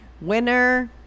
winner